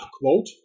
Quote